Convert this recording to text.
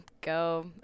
go